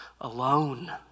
alone